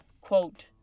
quote